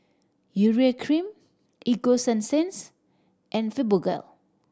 Urea Cream Ego Sunsense and Fibogel